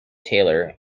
taylor